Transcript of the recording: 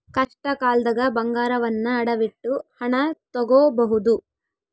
ಕಷ್ಟಕಾಲ್ದಗ ಬಂಗಾರವನ್ನ ಅಡವಿಟ್ಟು ಹಣ ತೊಗೋಬಹುದು